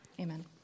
amen